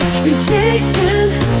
Rejection